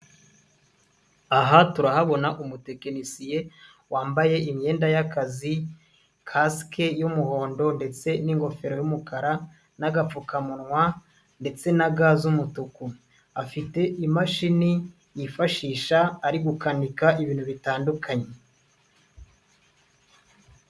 Aha turahabona umutekinisiye wambaye imyenda y'akazi, kasike y'umuhondo ndetse n'ingofero y'umukara n'agapfukamunwa ndetse na ga z'umutuku, afite imashini yifashisha ari gukanika ibintu bitandukanye.